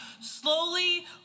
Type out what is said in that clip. slowly